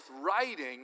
writing